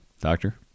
doctor